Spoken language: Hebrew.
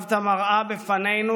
הצבת מראה בפנינו,